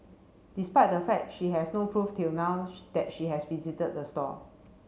despite the fact she has no proof till now that she has visited the store